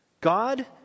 God